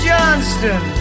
Johnston